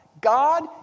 God